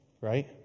right